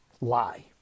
lie